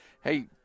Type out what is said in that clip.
hey